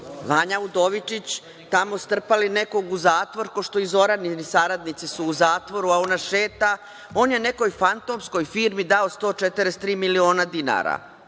Vanja Udovičić, tamo strpali nekog u zatvor, kao što su i Zoranini saradnici u zatvoru, a ona šeta. On je nekoj fantomskoj firmi dao 143 miliona dinara